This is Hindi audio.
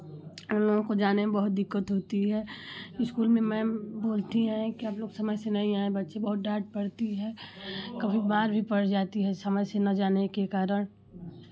उनलोगों को जाने में बहुत दिक्कत होती है इस्कूल में मैम बोलती हैं कि आप लोग समय से नहीं आये बच्चे बहुत डाँट पड़ती है कभी मार भी पड़ जाती है समय से ना जाने के कारण